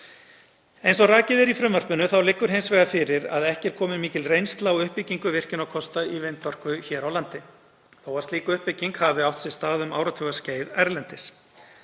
Eins og rakið er í frumvarpinu þá liggur hins vegar fyrir að ekki er komin mikil reynsla á uppbyggingu virkjunarkosta í vindorku hér á landi þó að slík uppbygging hafi átt sér stað um áratugaskeið erlendis.